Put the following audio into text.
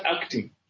acting